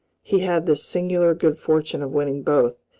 he had the singular good fortune of winning both,